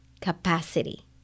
capacity